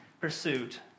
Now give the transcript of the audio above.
pursuit